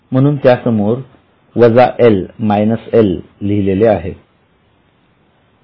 म्हणून त्यासमोर वजा एल लिहिले आहे